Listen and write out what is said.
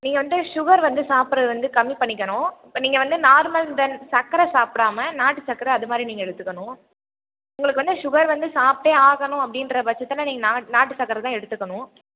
நீங்கள் வந்து சுகர் வந்து சாப்பிடுறத வந்து கம்மி பண்ணிக்கணும் நீங்கள் வந்து நார்மல் தென் சர்க்கர சாப்பிடாம நாட்டு சர்க்கர அதுமாதிரி நீங்கள் எடுத்துக்கணும் உங்களுக்கு வந்து சுகர் வந்து சாப்பிட்டே ஆகணும் அப்படின்ற பட்சத்துல நீங்கள் நா நாட்டு சர்க்கர தான் எடுத்துக்கணும்